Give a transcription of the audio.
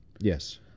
Yes